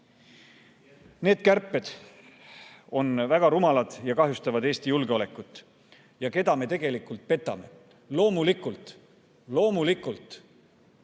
Need kärped on väga rumalad ja kahjustavad Eesti julgeolekut. Keda me tegelikult petame? Loomulikult vähendatakse